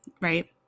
right